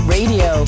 Radio